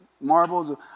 marbles